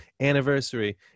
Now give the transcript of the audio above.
anniversary